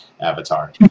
avatar